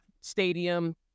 Stadium